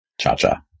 Cha-Cha